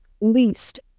least